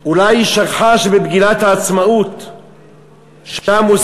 אולי היא שכחה שבמגילת העצמאות מוזכר: